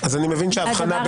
שלה,